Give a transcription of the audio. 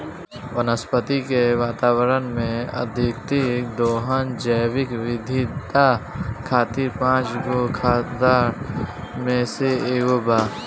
वनस्पति के वातावरण में, अत्यधिक दोहन जैविक विविधता खातिर पांच गो खतरा में से एगो बा